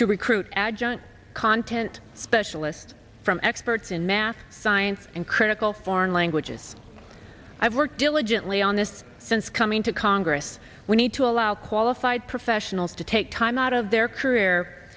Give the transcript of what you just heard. to recruit adjunct content specialists from experts in math science and critical foreign languages i've worked diligently on this since coming to congress we need to allow qualified professionals to take time out of their career